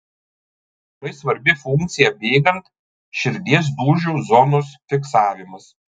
labai svarbi funkcija bėgant širdies dūžių zonos fiksavimas